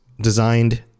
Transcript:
designed